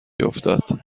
افتاد